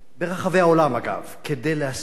ברחבי העולם, אגב, כדי להשיג